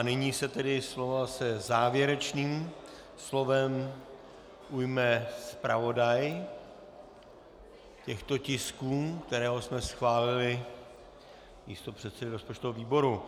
Nyní se tedy slova se závěrečným slovem ujme zpravodaj těchto tisků, kterého jsme schválili, místopředseda rozpočtového výboru.